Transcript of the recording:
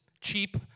cheap